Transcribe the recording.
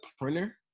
printer